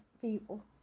people